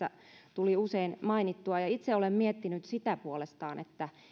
tuli tässä usein mainittua itse olen puolestani miettinyt sitä että